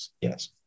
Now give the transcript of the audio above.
Yes